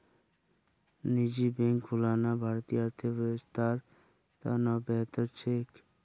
निजी बैंक खुलना भारतीय अर्थव्यवस्थार त न बेहतर छेक